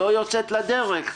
לא יוצאת לדרך.